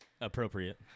Appropriate